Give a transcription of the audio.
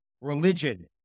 religion